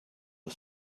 was